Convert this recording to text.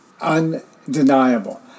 undeniable